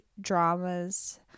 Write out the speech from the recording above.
dramas